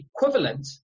equivalent